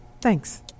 Thanks